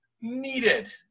needed